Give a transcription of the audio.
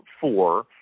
four